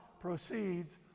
proceeds